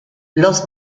los